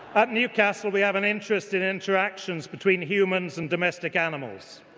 at newcastle we have an interest in interactions between humans and domestic animals.